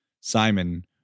Simon